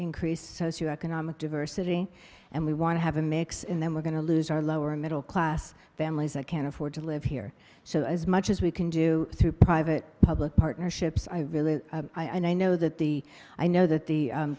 increased socio economic diversity and we want to have a mix in then we're going to lose our lower and middle class families that can't afford to live here so as much as we can do through private public partnerships i really i know that the i know that the